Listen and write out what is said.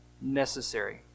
necessary